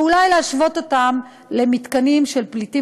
ואולי להשוות אותם למתקנים של פליטים